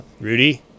rudy